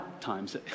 times